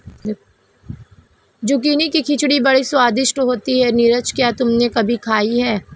Zucchini की खिचड़ी बड़ी स्वादिष्ट होती है नीरज क्या तुमने कभी खाई है?